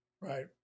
Right